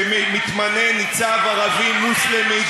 שמתמנה ניצב ערבי מוסלמי,